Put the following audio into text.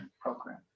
program